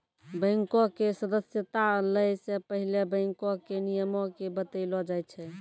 बैंको के सदस्यता लै से पहिले बैंको के नियमो के बतैलो जाय छै